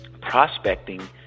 prospecting